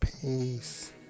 Peace